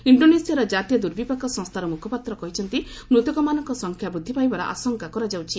ଇଣ୍ଡୋନେସିଆର ଜାତୀୟ ଦୁର୍ବିପାକ ସଂସ୍ଥାର ମୁଖପାତ୍ର କହିଛନ୍ତି ମୃତକମାନଙ୍କ ସଂଖ୍ୟା ବୃଦ୍ଧି ପାଇବାର ଆଶଙ୍କା କରାଯାଉଛି